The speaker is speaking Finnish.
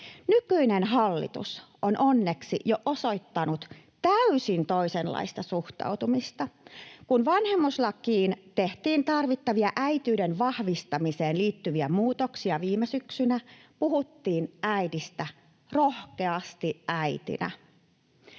Nykyinen hallitus on onneksi jo osoittanut täysin toisenlaista suhtautumista. Kun vanhemmuuslakiin tehtiin tarvittavia äitiyden vahvistamiseen liittyviä muutoksia viime syksynä, puhuttiin äidistä rohkeasti äitinä.